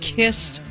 kissed